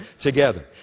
together